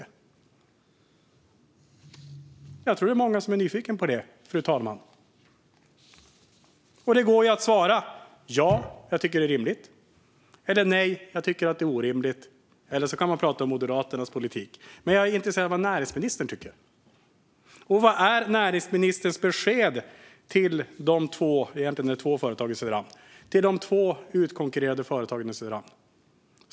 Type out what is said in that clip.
Jag tror att det är många som är nyfikna på det, fru talman. Det går att svara "ja, jag tycker att det är rimligt" eller "nej, jag tycker att det är orimligt". Eller också kan man prata om Moderaternas politik. Men jag är intresserad av vad näringsministern tycker. Vad är näringsministerns besked till de två - det är egentligen två - utkonkurrerade företagen i Söderhamn?